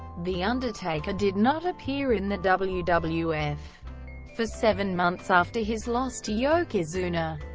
the undertaker did not appear in the wwf wwf for seven months after his loss to yokozuna.